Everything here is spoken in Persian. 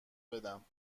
بدم